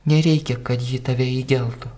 nereikia kad ji tave įgeltų